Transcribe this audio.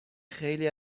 خیلی